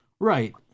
right